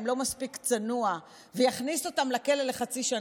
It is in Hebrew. לא מספיק צנוע ויכניס אותן לכלא לחצי שנה,